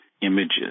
images